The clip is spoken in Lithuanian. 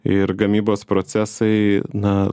ir gamybos procesai na